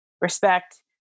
respect